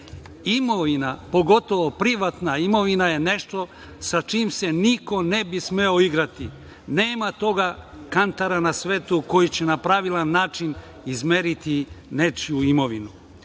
Imovina, pogotovo privatna imovina je nešto sa čim se niko ne bi smeo igrati. Nema toga kantara na svetu koji će na pravilan način izmeriti nečiju imovinu.